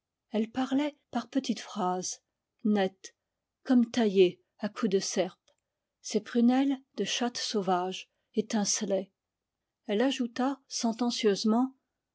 elle parlait par petites phrases nettes comme taillées à coups de serpe ses prunelles de chatte sauvage étincelaient elle ajouta